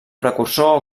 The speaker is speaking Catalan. precursor